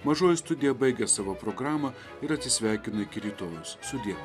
mažoji studija baigia savo programą ir atsisveikina iki rytojaus sudie